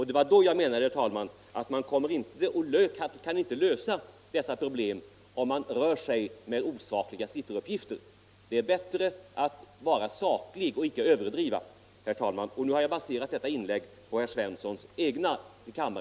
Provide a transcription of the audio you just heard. Det var mot den bakgrunden jag menade, herr talman, att man inte kan lösa dessa problem om man rör sig med osakliga sifferuppgifter.